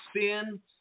sin